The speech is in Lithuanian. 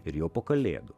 ir jau po kalėdų